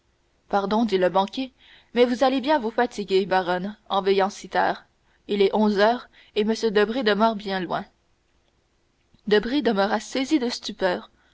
pardon dit le banquier mais vous allez bien vous fatiguer baronne en veillant si tard il est onze heures et m debray demeure bien loin debray demeura saisi de stupeur